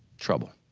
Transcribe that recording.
trouble.